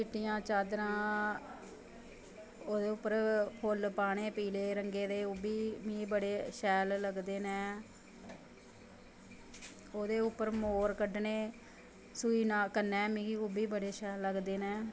चिट्टियां चाद्दरां ओह्दे उप्पर फुल्ल पानें पीले रंगे दे ओह्बी मिगी बड़े शैल लगदे नै ओह्दे उप्पर मोर कड्डनें सूई कन्नैं मिगी ओह् बी बड़े सैल लगदे नै